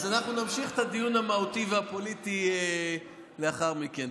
אז אנחנו נמשיך את הדיון על המהותי והפוליטי לאחר מכן.